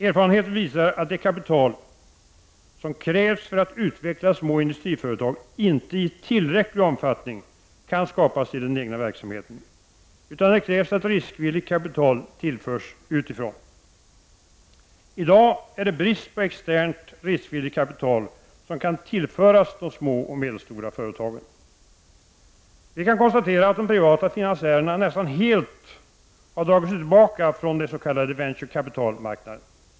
Erfarenheten visar att det kapital som krävs för att utveckla små industriföretag inte i tillräcklig omfattning kan skapas i den egna verksamheten, utan det krävs att riskvilligt kapital tillförs utifrån. I dag är det brist på externt riskvilligt kapital, som kan tillföras små och medelstora företag. Vi kan konstatera att de privata finansiärerna nästan helt har dragit sig tillbaka från den s.k. venture-kapitalmarknaden.